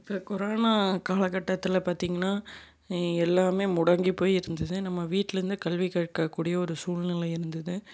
இப்போ கொரோனா காலக்கட்டத்தில் பார்த்திங்கனா எல்லாமே முடங்கி போயி இருந்தது நம்ம வீட்லேருந்து கல்வி கற்க கூடிய ஒரு சூழ்நிலை இருந்தது